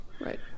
Right